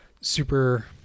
super